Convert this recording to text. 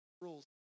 rules